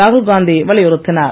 ராகுல் காந்தி வலியுறுத்தினார்